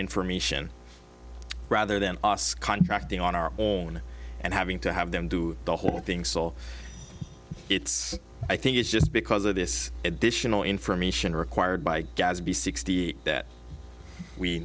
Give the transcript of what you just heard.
information rather than us contracting on our own and having to have them do the whole thing so it's i think it's just because of this additional information required by gadsby sixty that we